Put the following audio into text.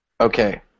Okay